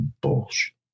Bullshit